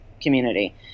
community